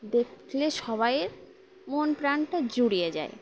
দেখলে সবাইয়ের মন প্রাণটা জুড়িয়ে যায়